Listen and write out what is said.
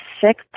sick